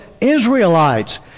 Israelites